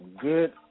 good